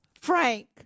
Frank